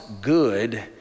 good